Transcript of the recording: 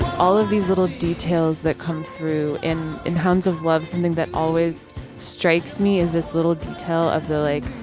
all of these little details that come through and in hands of love something that always strikes me as this little detail of the like.